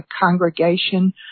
congregation